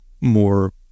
more